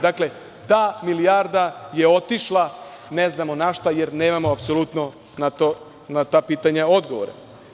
Dakle, ta milijarda je otišla ne znamo na šta, jer nemamo apsolutno na ta pitanja odgovore.